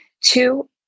Two